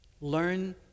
Learn